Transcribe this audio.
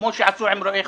כמו שעשו עם רואי חשבון.